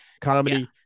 comedy